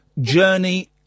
journey